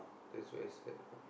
that's very sad lah